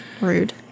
Rude